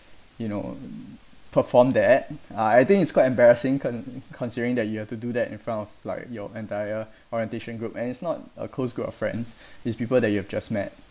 you know perform that uh I think it's quite embarrassing con~ considering that you have to do that in front of like your entire orientation group and it's not a close group of friends it's people that you've just met